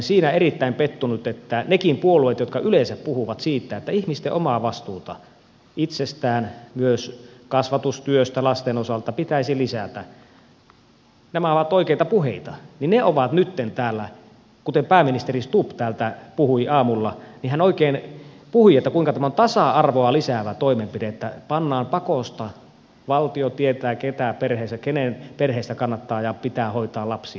olen erittäin pettynyt siihen että nekin puolueet jotka yleensä puhuvat siitä että ihmisten omaa vastuuta itsestään ja myös kasvatustyötä lasten osalta pitäisi lisätä nämä ovat oikeita puheita ovat nyt täällä puhuneet kuten pääministeri stubb aamulla kun hän oikein puhui siitä kuinka tämä on tasa arvoa lisäävä toimenpide ja valtio tietää kenen kannattaa ja pitää perheessä hoitaa lapsia